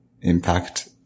impact